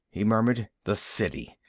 he murmured. the city.